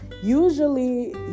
Usually